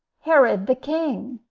herod the king.